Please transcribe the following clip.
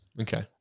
Okay